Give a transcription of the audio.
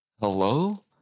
hello